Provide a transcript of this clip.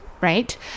Right